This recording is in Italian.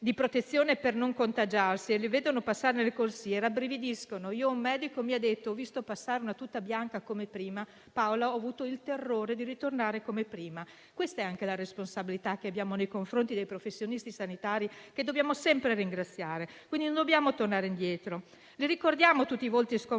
di protezione per non contagiarsi o quando le vedono passare nelle corsie, rabbrividiscono. Un medico mi ha detto: ho visto passare una tuta bianca, Paola, e ho avuto il terrore di tornare come prima. Questa è anche la responsabilità che abbiamo nei confronti dei professionisti sanitari, che dobbiamo sempre ringraziare. Non dobbiamo tornare indietro. Li ricordiamo tutti i volti sconvolti,